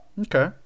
Okay